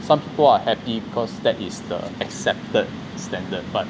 some people are happy because that is the accepted standard but